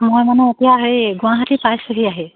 মই মানে এতিয়া হেৰি গুৱাহাটী পাইছোহি আহি